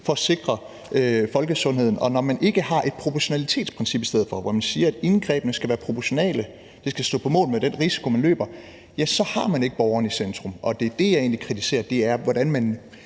for at sikre folkesundheden. Og når man ikke har et proportionalitetsprincip i stedet for, hvor man siger, at indgrebene skal være proportionelle, at de skal matche den risiko, man løber, så har man ikke borgeren i centrum. Det, jeg egentlig kritiserer, er, hvordan man